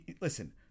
Listen